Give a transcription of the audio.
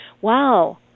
wow